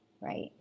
Right